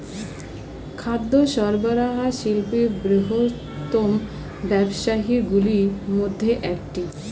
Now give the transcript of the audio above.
খাদ্য সরবরাহ শিল্প বৃহত্তম ব্যবসাগুলির মধ্যে একটি